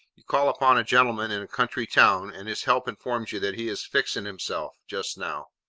you call upon a gentleman in a country town, and his help informs you that he is fixing himself just now,